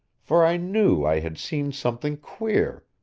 for i knew i had seen something queer,